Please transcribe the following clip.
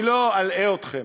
אני לא אלאה אתכם.